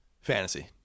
Fantasy